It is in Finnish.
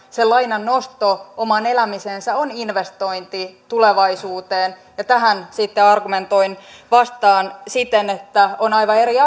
sen lainan nosto omaan elämiseen on investointi tulevaisuuteen ja tähän sitten argumentoin siten että on aivan eri